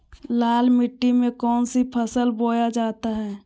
लाल मिट्टी में कौन सी फसल बोया जाता हैं?